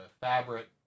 fabric